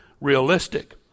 realistic